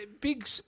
big